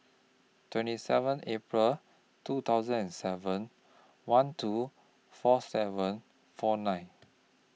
twenty seven April two thousand and seven one two four seven four nine